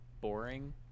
boring